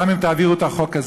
גם אם תעבירו את החוק הזה,